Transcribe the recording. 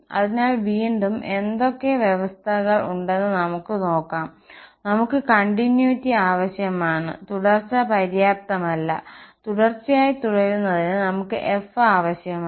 അതിനാൽ വീണ്ടും എന്തൊക്കെ അവസ്ഥകൾ ഉണ്ടെന്ന് നമുക്ക് നോക്കാം നമുക്ക് കണ്ടിന്യൂയിറ്റി ആവശ്യമാണ് തുടർച്ച പര്യാപ്തമല്ല തുടർച്ചയായി തുടരുന്നതിന് നമുക്ക് f ആവശ്യമാണ്